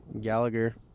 Gallagher